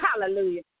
Hallelujah